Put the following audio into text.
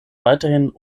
weiterhin